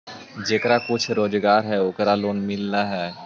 जेकरा कुछ रोजगार है ओकरे लोन मिल है?